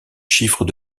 chiffres